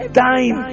time